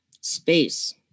space